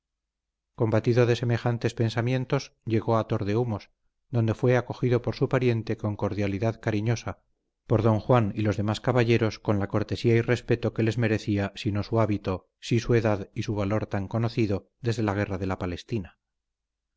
combatido de semejantes pensamientos llegó a tordehumos donde fue acogido por su pariente con cordialidad cariñosa por don juan y los demás caballeros con la cortesía y respeto que les merecía si no su hábito sí su edad y su valor tan conocido desde la guerra de la palestina